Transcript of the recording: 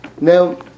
Now